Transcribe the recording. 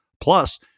plus